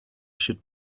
should